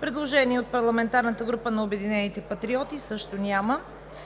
Предложение от парламентарната група на „Обединени патриоти“ също няма.